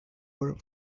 were